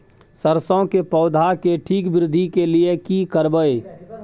सरसो के पौधा के ठीक वृद्धि के लिये की करबै?